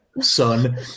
son